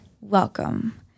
Welcome